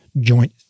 joint